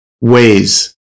ways